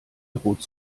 droht